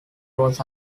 was